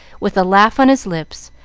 with a laugh on his lips,